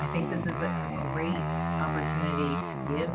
i think this is a ah great opportunity to give